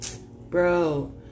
Bro